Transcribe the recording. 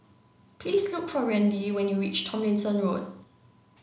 please look for Randi when you reach Tomlinson Road